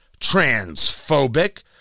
transphobic